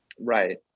right